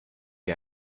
wie